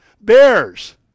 bears